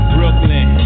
Brooklyn